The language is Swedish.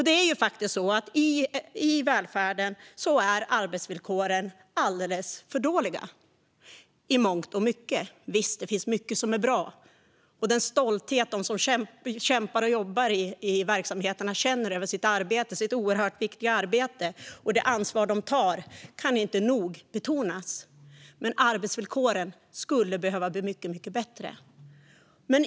Det är faktiskt så att arbetsvillkoren i välfärden är alldeles för dåliga i stort. Visst finns det mycket som är bra, och den stolthet som de som kämpar och jobbar i verksamheterna känner över sitt oerhört viktiga arbete - liksom det ansvar de tar - kan inte nog betonas. Arbetsvillkoren skulle dock behöva bli mycket bättre.